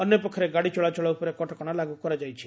ଅନ୍ୟପକ୍ଷରେ ଗାଡି ଚଳାଚଳ ଉପରେ କଟକଶା ଲାଗୁ କରାଯାଇଛି